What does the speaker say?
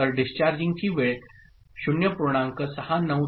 तर डिस्चार्जिंगची वेळ 0